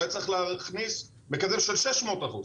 הוא היה צריך להכניס מקדם של שש מאות אחוז,